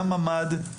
גם ממ"ד,